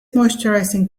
moisturising